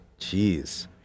Jeez